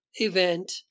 event